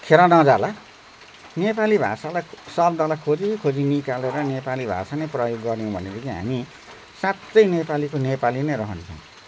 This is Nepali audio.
खेरो नजाला नेपाली भाषालाई शब्दलाई खोजी खोजी निकालेर नेपाली भाषा नै प्रयोग गर्यौँ भनेदेखि हामी साँच्चै नेपालीको नेपाली नै रहन्छौँ